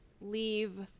leave